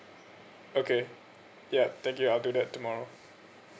okay yup thank you I'll do that tomorrow